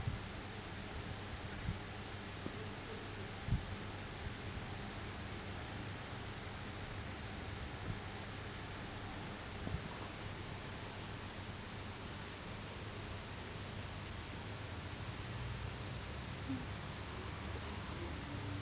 hmm